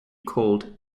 called